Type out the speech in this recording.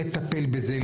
לטפל בזה,